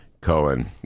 cohen